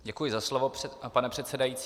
Děkuji za slovo, pane předsedající.